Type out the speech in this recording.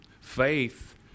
Faith